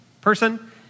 person